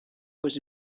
was